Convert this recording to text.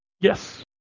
Yes